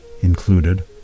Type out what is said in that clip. included